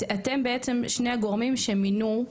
אתם בעצם שני הגורמים שמינו,